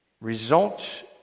result